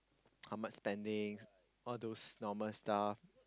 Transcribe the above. how much spending all those normal stuff